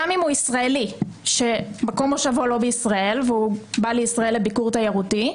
גם אם הוא ישראלי שמקום מושבו לא בישראל והוא בא לישראל לביקור תיירותי,